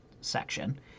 section